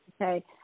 Okay